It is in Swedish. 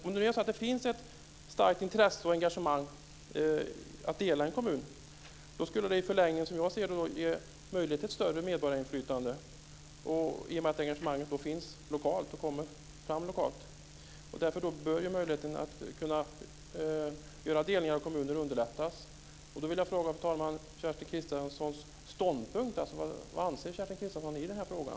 Om det nu finns ett starkt intresse och engagemang för att dela en kommun skulle det i förlängningen, som jag ser det, ge möjlighet till ett större medborgarinflytande i och med att engagemanget då finns och kommer fram lokalt. Därför bör möjligheten att göra delningar av kommuner underlättas. Då vill jag, fru talman, fråga om Kerstin Kristiansson Karlstedts ståndpunkt. Vad anser hon i den här frågan?